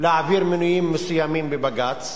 להעביר מינויים מסוימים בבג"ץ,